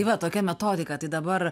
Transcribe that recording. tai va tokia metodika tai dabar